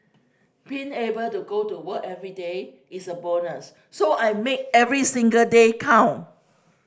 being able to go to work everyday is a bonus so I make every single day count